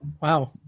Wow